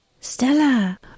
Stella